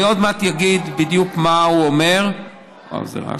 אני עוד מעט אגיד בדיוק מה הוא אומר, איזה רעש,